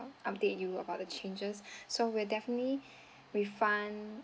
update you about the changes so we'll definitely refund